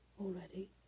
already